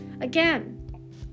Again